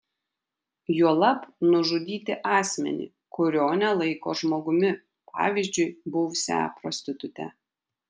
juolab nužudyti asmenį kurio nelaiko žmogumi pavyzdžiui buvusią prostitutę